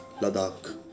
Ladakh